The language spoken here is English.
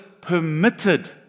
permitted